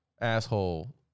asshole